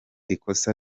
ikosa